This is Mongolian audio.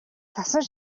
цасан